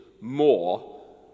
more